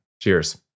cheers